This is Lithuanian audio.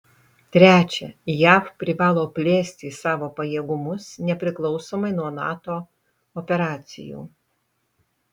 trečia jav privalo plėsti savo pajėgumus nepriklausomai nuo nato operacijų